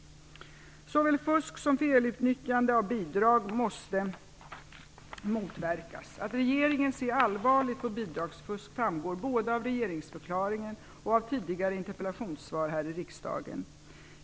Såväl fusk som felutnyttjande av bidrag måste motverkas. Att regeringen ser allvarligt på bidragsfusk framgår både av regeringsförklaringen och av tidigare interpellationssvar här i riksdagen.